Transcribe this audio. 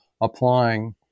applying